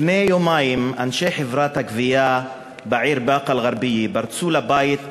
לפני יומיים אנשי חברת הגבייה בעיר באקה-אלע'רביה פרצו לבית בכוח,